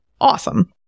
Awesome